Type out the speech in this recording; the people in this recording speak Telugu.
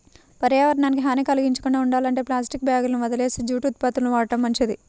పర్యావరణానికి హాని కల్గించకుండా ఉండాలంటే ప్లాస్టిక్ బ్యాగులని వదిలేసి జూటు ఉత్పత్తులను వాడటం మంచిది